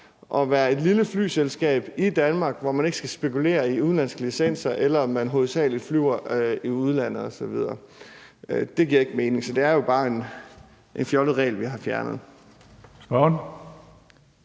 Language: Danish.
at være et lille flyselskab i Danmark, og at man ikke skal spekulere i udenlandske licenser, eller på, om man hovedsagelig flyver i udlandet osv. Det giver ikke mening. Så det er jo bare en fjollet regel, vi har fjernet.